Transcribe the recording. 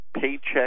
paycheck